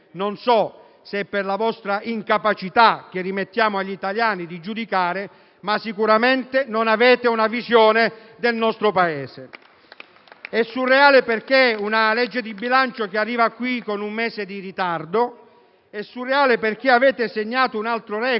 per la vostra incapacità, che rimettiamo agli italiani di giudicare, ma sicuramente non avete una visione del nostro Paese. È surreale, perché è una manovra di bilancio che arriva qui con un mese di ritardo. È surreale, perché avete segnato un altro *record*: